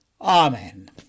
Amen